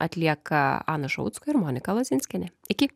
atlieka ana šalucka ir monika lozinskienė iki